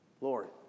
Lord